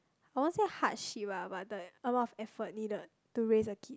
I won't say hardship ah but it's like a lot of effort needed to raise a kid